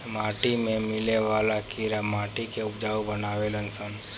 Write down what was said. माटी में मिले वाला कीड़ा माटी के उपजाऊ बानावे लन सन